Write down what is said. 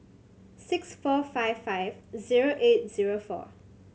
six four zero five zero eight zero four